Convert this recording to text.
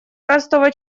простого